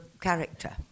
character